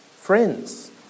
friends